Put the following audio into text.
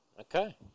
Okay